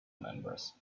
members